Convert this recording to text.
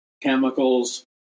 chemicals